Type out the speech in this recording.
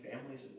families